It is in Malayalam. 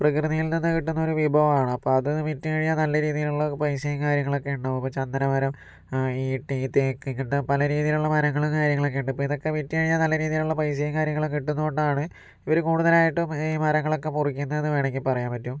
പ്രകൃതിയിൽ നിന്ന് കിട്ടുന്നൊരു വിഭവമാണ് അപ്പോൾ അത് വിറ്റുകഴിഞ്ഞാൽ നല്ല രീതിലുള്ള പൈസയും കാര്യങ്ങളൊക്കെ ഉണ്ടാവും ഇപ്പോൾ ചന്ദന മരം ഈട്ടി തേക്ക് പല രീതിലുള്ള മരങ്ങള് കാര്യങ്ങളൊക്കെ ഉണ്ട് ഇപ്പോൾ ഇതൊക്ക വിട്ടു കഴിഞ്ഞാൽ നല്ല രീതിലുള്ള പൈസയും കാര്യങ്ങളൊക്കെ കിട്ടുന്നതുകൊണ്ടാണ് ഇവര് കൂടുതലായിട്ടും ഈ മരങ്ങളൊക്കെ മുറിക്കുന്നത്ന്നു വേണമെങ്കിൽ പറയാൻ പറ്റും